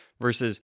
versus